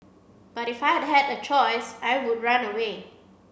but if I had a choice I would run away